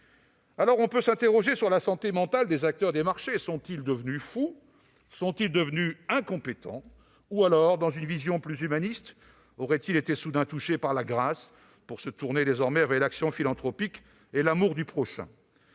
On peut s'interroger sur la santé mentale des acteurs des marchés. Sont-ils devenus fous ? Sont-ils devenus incompétents ? Ou alors, dans une vision plus humaniste, auraient-ils été soudain touchés par la grâce pour se tourner désormais vers l'action philanthropique et l'amour du prochain ?